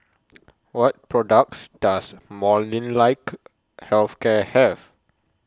What products Does Molnylcke Health Care Have